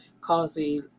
causing